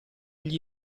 gli